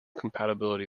compatibility